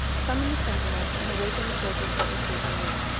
summoned the sentinels, and awakened the soldiers that were sleeping near.